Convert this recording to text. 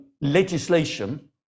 legislation